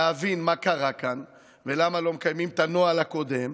להבין מה קרה כאן ולמה לא מקיימים את הנוהל הקודם,